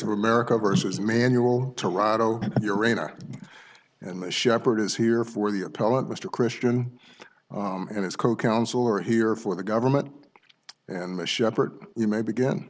of america versus manual toronto arena and the shepherd is here for the appellant mr christian and his co counsel are here for the government and the shepherd you may begin